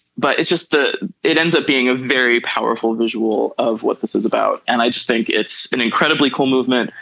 but it's just that it ends up being a very powerful visual of what this is about. and i just think it's an incredibly cool movement.